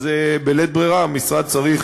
אז בלית ברירה המשרד צריך